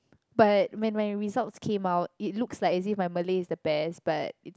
but when when my results came out it looks like as if my Malay is the best but